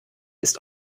ist